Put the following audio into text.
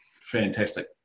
fantastic